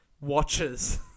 watches